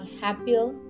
happier